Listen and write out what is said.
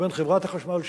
ובין חברת החשמל,